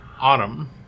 Autumn